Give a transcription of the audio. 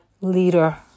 leader